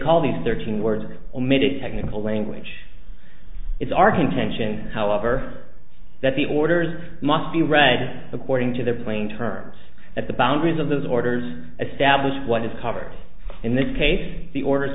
call these thirteen words omitted technical language it's our contention however that the orders must be read according to their plain terms at the boundaries of those orders a stablish what is covered in this case the orders